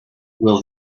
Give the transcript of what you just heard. will